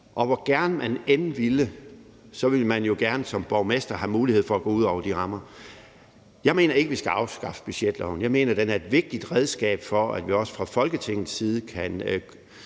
og hvor gerne man end ville overholde den, vil man jo gerne som borgmester have mulighed for at gå ud over de rammer. Jeg mener ikke, vi skal afskaffe budgetloven. Jeg mener, den er et vigtigt redskab for, at vi også fra Folketingets side kan